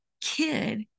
kid